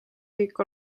riik